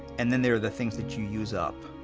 and then there are the things that you use up,